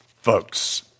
folks